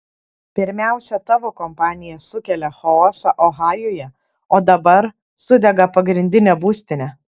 pirmiausia tavo kompanija sukelia chaosą ohajuje o dabar sudega pagrindinė būstinė